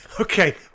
Okay